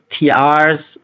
TRs